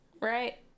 right